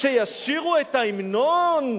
שישירו את ההמנון?